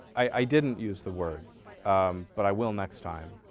i didn't use the word um but i will next time.